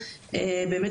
באמת,